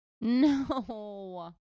No